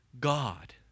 God